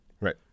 Right